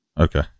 Okay